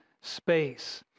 space